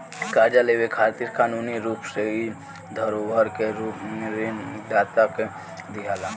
कर्जा लेवे खातिर कानूनी रूप से इ धरोहर के रूप में ऋण दाता के दियाला